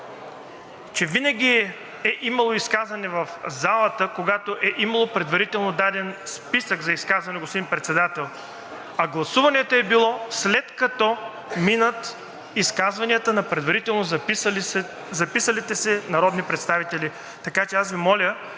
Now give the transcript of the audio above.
винаги е имало изказвания в залата, когато е имало предварително даден списък за изказване, господин Председател, а гласуването е било, след като минат изказванията на предварително записалите се народни представители. Така че аз Ви моля